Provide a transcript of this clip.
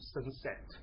Sunset